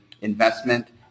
investment